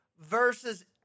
versus